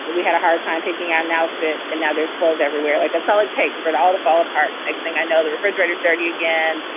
but we had a hard time picking out an outfit. and now there's clothes everywhere. like that's all it takes for it all to fall apart. next thing i know, the refrigerator started again.